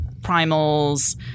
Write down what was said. primals